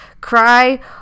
Cry